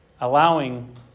allowing